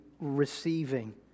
receiving